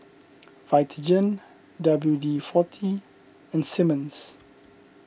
Vitagen W D forty and Simmons